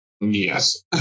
Yes